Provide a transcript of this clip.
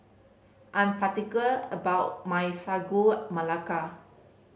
I'm particular about my Sagu Melaka